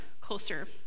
closer